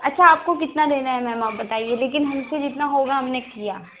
अच्छा आपको कितना देना है मैम आप बताइए लेकिन हम फिर इतना होगा हमने किया